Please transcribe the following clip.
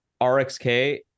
RXK